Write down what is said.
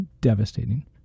devastating